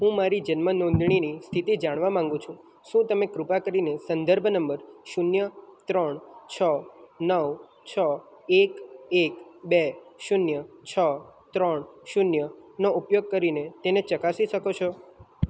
હું મારી જન્મ નોંધણીની સ્થિતિ જાણવા માગું છું શું તમે કૃપા કરીને સંદર્ભ નંબર શૂન્ય ત્રણ છ નવ છ એક એક બે શૂન્ય છ ત્રણ શૂન્યનો ઉપયોગ કરીને તેને ચકાસી શકો છો